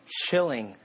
chilling